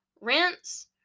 rinse